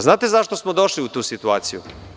Znate zašto smo došli u tu situaciju?